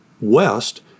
west